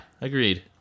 agreed